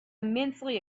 immensely